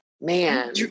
man